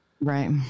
Right